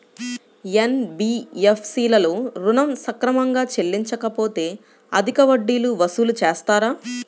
NBFC లలో ఋణం సక్రమంగా చెల్లించలేకపోతె అధిక వడ్డీలు వసూలు చేస్తారా?